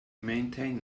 maintain